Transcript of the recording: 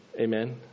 Amen